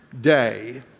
day